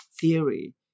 theory